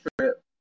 trip